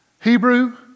Hebrew